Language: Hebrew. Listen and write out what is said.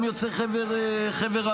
גם יוצאי חבר המדינות.